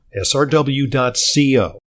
srw.co